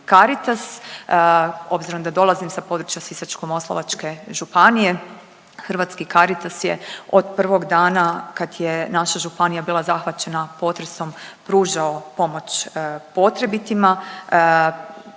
Caritas. Obzirom da dolazim sa područja Sisačko-moslavačke županije Hrvatski Caritas je od prvog dana kad je naša županija bila zahvaćena potresom pružao pomoć potrebitima.